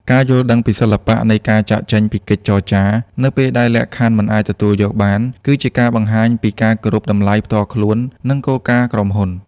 ការយល់ដឹងពីសិល្បៈនៃ "ការចាកចេញពីកិច្ចចរចា" នៅពេលដែលលក្ខខណ្ឌមិនអាចទទួលយកបាន គឺជាការបង្ហាញពីការគោរពតម្លៃផ្ទាល់ខ្លួន និងគោលការណ៍ក្រុមហ៊ុន។